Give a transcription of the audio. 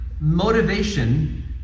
motivation